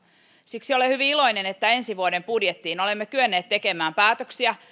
siksi olen hyvin iloinen että ensi vuoden budjettiin olemme kyenneet tekemään päätöksiä